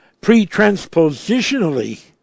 pre-transpositionally